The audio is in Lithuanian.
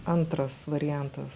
antras variantas